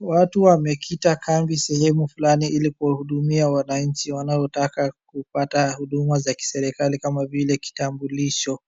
Watu wamekita kambi sehemu fulani ili kuwahudumia wananchi wanaotaka kupata huduma za kiserikali kama vile kitambulisho.